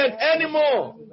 anymore